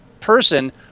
person